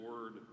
word